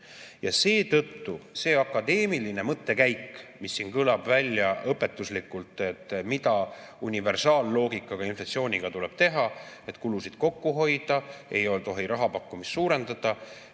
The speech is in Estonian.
Seetõttu see akadeemiline mõttekäik, mis siin kõlab välja õpetuslikult, mida universaalloogika järgi inflatsiooniga tuleb teha – tuleb kulusid kokku hoida, ei tohi raha pakkumist suurendada